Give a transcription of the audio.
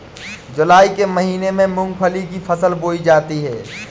जूलाई के महीने में मूंगफली की फसल बोई जाती है